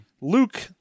Luke